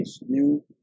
new